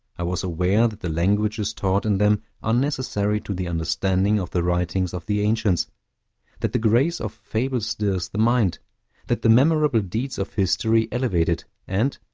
i was aware that the languages taught in them are necessary to the understanding of the writings of the ancients that the grace of fable stirs the mind that the memorable deeds of history elevate it and,